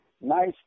nice